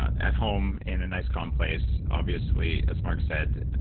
at home in a nice calm place. obviously, as mark said,